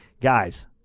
guys